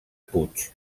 puig